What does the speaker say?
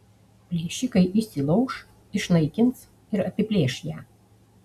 plėšikai įsilauš išnaikins ir apiplėš ją